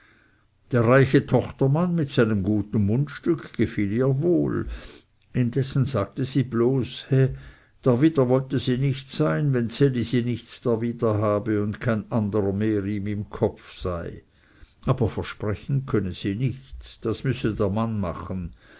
der reiche tochtermann mit seinem guten mundstück gefiel ihr wohl indessen sagte sie bloß he darwider wollte sie nicht sein wenn ds elisi nichts darwider habe und kein anderer mehr ihm im kopf sei aber versprechen könne sie nichts das müsse der mann machen